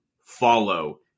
follow